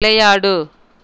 விளையாடு